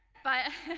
but,